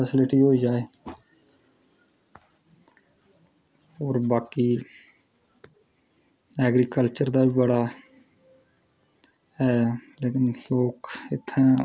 facility जाए होर बाकी एग्रीकल्चर दा बी बड़ा लेकिन फोक इत्थै